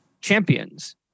champions